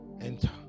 Enter